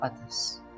others